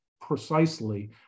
precisely